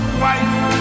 white